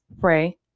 pray